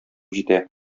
җитә